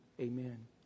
Amen